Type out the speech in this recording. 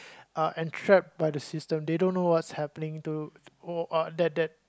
uh entrap by the system they don't know what's happening to uh that that